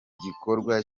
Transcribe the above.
gikorwa